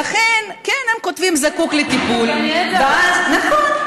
לכן הם כותבים "זקוק לטיפול", ואז, נכון.